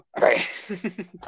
Right